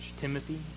Timothy